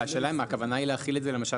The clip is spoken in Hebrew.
אבל השאלה היא האם הכוונה היא להחיל את זה למשל